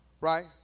Right